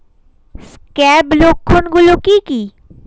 Scab লক্ষণ গুলো কি কি?